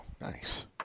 nice